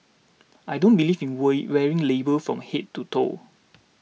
I don't believe in we wearing labels from head to toe